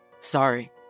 Sorry